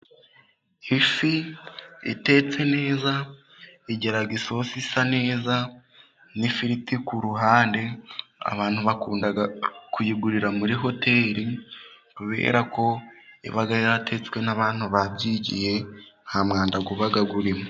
Ifi itetse neza igira isosi isa neza n'ifiriti ku ruhande, abantu bakunda kuyigurira muri hoteri, kubera ko iba yatetswe n'abantu babyigiye nta mwanda uba urimo.